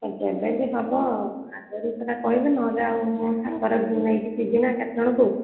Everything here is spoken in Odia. ଯେବେ ବି ହେବ ଆଗରୁ ସେଇଟା କହିବେ ନହେଲେ ଆଉ ମୋ ସାଙ୍ଗର ନେଇକି ଯିବି ନା କେତେଜଣଙ୍କୁ